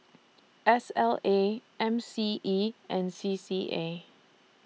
S L A M C E and C C A